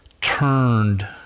turned